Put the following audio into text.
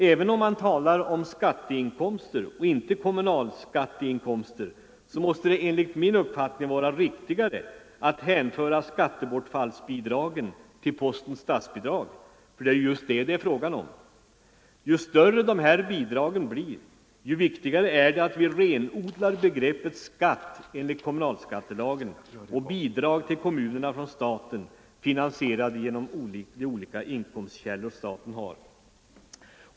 Även om man talar om skatteinkomster och inte kommunalskatteinkomster, måste det enligt min uppfattning vara riktigare att hänföra skattebortfallsbidragen till posten statsbidrag, ty det är just vad det är fråga om. Ju större dessa bidrag blir, desto viktigare är det att vi renodlar begreppen skatt enligt kommunalskattelagen och bidrag till kommunerna från staten, finansierade genom de olika inkomstkällor staten har.